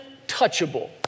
untouchable